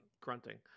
grunting